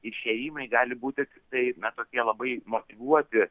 išėjimai gali būti tiktai na tokie labai motyvuoti